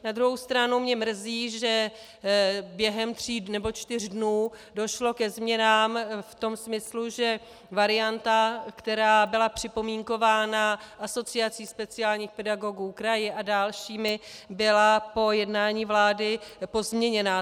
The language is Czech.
Na druhou stranu mě mrzí, že během tří nebo čtyř dnů došlo ke změnám v tom smyslu, že varianta, která byla připomínkována Asociací speciálních pedagogů, kraji a dalšími, byla po jednání vlády pozměněna.